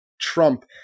Trump